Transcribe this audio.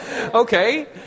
Okay